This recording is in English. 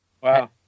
Wow